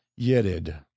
Yedid